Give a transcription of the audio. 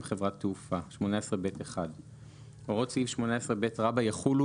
חברת תעופה 18ב1. הוראות סעיף 18ב יחולו,